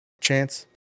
Chance